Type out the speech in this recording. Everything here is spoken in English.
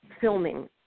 filming